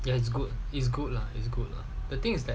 you know it's good it's good lah it's good lah the thing is that